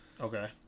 Okay